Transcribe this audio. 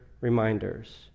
reminders